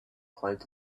cloud